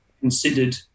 considered